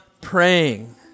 praying